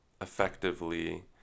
effectively